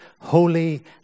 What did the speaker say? holy